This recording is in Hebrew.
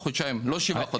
חודשיים, לא שבעה חודשים.